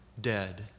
dead